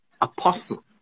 Apostle